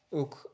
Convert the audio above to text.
ook